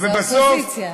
זה האופוזיציה.